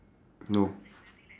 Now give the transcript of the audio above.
no